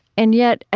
and yet, ah